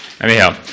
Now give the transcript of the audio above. Anyhow